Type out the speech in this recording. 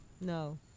no